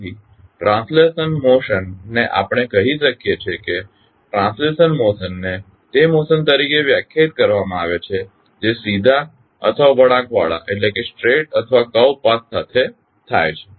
તેથી translational motion આપણે કહી શકીએ કે ટ્રાન્સલેશનલ મોશન ને તે મોશન તરીકે વ્યાખ્યાયિત કરવામાં આવે છે જે સીધા અથવા વળાંકવાળા પાથ સાથે થાય છે